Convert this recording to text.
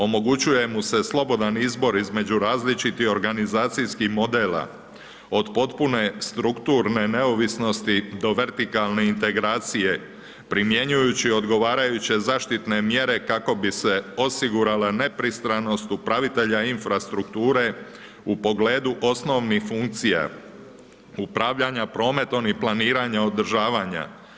Omogućuje mu se slobodan izbor između različitih organizacijskih modela, od potpune strukturne neovisnosti do vertikalne integracije, primjenjujući odgovarajuće zaštitne mjere, kako bi se osigurala nepristranost upravitelja infrastrukture u pogledu osnovnih funkcija upravljanja prometom i planiranja održavanja.